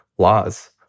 laws